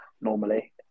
normally